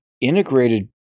integrated